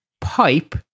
pipe